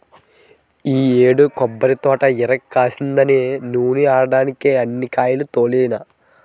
ఈ యేడు నా కొబ్బరితోట ఇరక్కాసిందని నూనే ఆడడ్డానికే అన్ని కాయాల్ని తోలినా